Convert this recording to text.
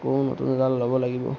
আকৌ নতুন এডাল ল'ব লাগিব